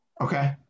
okay